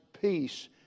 peace